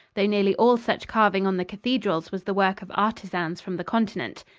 though nearly all such carving on the cathedrals was the work of artisans from the continent.